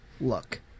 Look